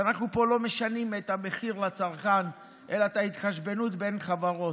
אנחנו פה לא משנים את המחיר לצרכן אלא את התחשבנות בין חברות,